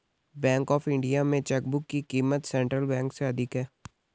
bank of India में chequebook की क़ीमत सेंट्रल बैंक से अधिक है